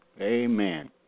amen